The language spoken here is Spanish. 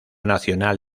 nacional